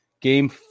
Game